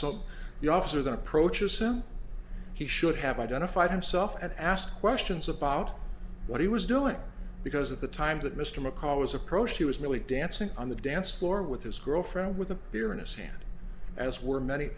the officer then approaches him he should have identified himself and asked questions about what he was doing because at the time that mr mccall was approached he was merely dancing on the dance floor with his girlfriend with a beer in his hand as were many